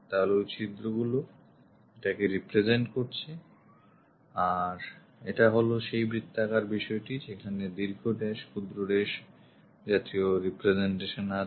তাহলে ওই ছিদ্রগুলো এটাকে represent করছে কারণ এটা হলো সেই বৃত্তাকার বিষয়টি যেখানে দীর্ঘ dash ক্ষুদ্র dashদীর্ঘ dash ক্ষুদ্র dashজাতীয় representation আছে